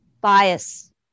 bias